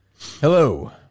Hello